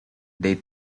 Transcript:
they